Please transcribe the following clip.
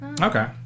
Okay